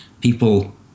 people